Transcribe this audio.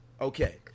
Okay